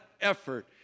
effort